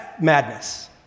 madness